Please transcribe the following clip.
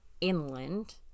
inland